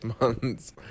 months